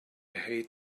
hate